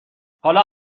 حالا